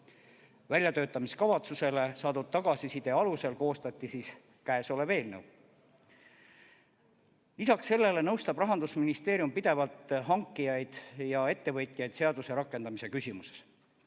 Väljatöötamiskavatsusele saadud tagasiside alusel koostati käesolev eelnõu. Lisaks sellele, Rahandusministeerium nõustab pidevalt hankijaid ja ettevõtjaid seaduse rakendamise küsimuses.